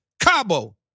Cabo